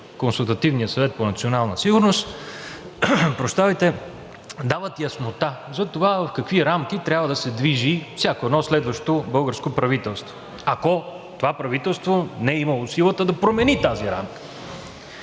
Консултативния съвет по национална сигурност, дават яснота, защото това е в какви рамки трябва да се движи всяко едно следващо българско правителство, ако това правителство не е имало силата да промени тази рамка.